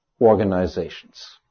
organizations